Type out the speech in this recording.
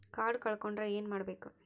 Card ಕಳ್ಕೊಂಡ್ರ ಏನ್ ಮಾಡಬೇಕು?